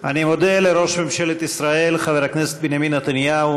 אני מודה לראש ממשלת ישראל חבר הכנסת בנימין נתניהו,